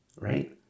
right